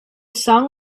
song